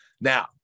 Now